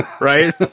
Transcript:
right